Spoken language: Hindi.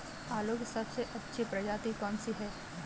आलू की सबसे अच्छी प्रजाति कौन सी है?